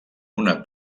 una